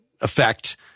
effect